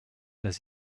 does